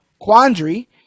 quandary